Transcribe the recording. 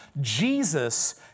Jesus